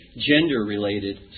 gender-related